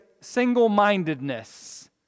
single-mindedness